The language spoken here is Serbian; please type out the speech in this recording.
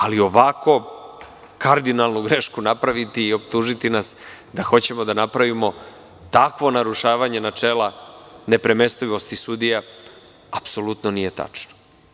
Ali, ovako kardinalnu grešku napraviti i optužiti nas da hoćemo da napravimo takvo narušavanje načela nepremestivosti sudija – apsolutno nije tačno.